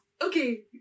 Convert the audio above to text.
Okay